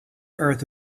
earth